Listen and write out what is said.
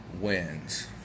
wins